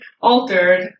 altered